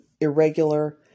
irregular